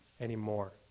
anymore